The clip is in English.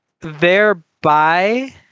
thereby